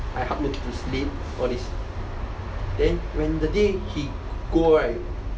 I hug milky to sleep all these then the day he go right